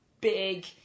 big